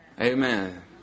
Amen